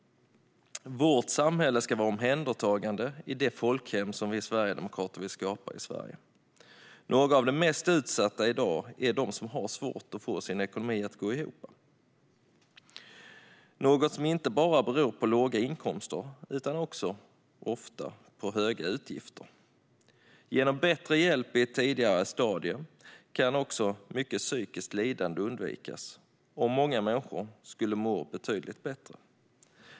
Vårt samhälle ska vara omhändertagande i det folkhem som vi sverigedemokrater vill skapa i Sverige. Några av de mest utsatta i dag är de som har svårt att få sin ekonomi att gå ihop - något som inte bara beror på låga inkomster utan också ofta på höga utgifter. Genom bättre hjälp i ett tidigare stadium kan också mycket psykiskt lidande undvikas och många människor skulle må bättre.